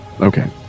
Okay